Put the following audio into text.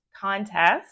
contest